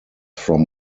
from